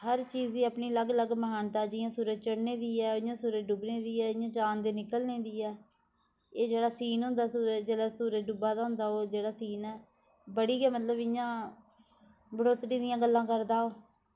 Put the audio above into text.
हर चीज़ दी अपनी अलग अलग महानता जियां सूरज चढ़ने दी ऐ इ'यां सूरज डुब्बने दी ऐ इ'यां चांद निकलने दी ऐ एह् जेह्ड़ा सीन होंदा सुूरज जेल्लै सूरज डुब्बा दा होंदा ओह् जेह्ड़ा सीन ऐ बड़ी गै मतलब इ'यां बढ़ोतरी दियां गल्लां करदा ओह्